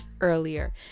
earlier